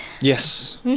Yes